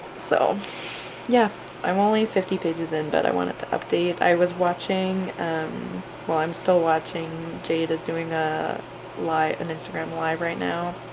so yeah i'm only fifty pages in but i wanted to update, i was watching well i'm still watching jade's doing a live and instagram live right now,